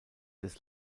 des